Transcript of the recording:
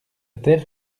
terre